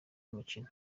mukino